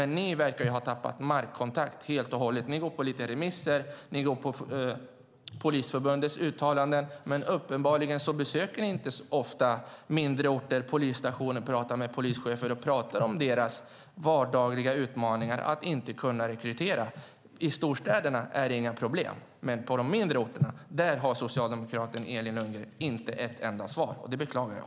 Ni verkar ha tappat markkontakten helt och hållet. Ni går på lite remisser och Polisförbundets uttalanden, men uppenbarligen besöker ni inte så ofta polisstationer på mindre orter och pratar med polischefer om deras vardagliga utmaningar när de inte kan rekrytera. I storstäderna är det inga problem, men på de mindre orterna har socialdemokraten Elin Lundgren inte ett enda svar, och det beklagar jag.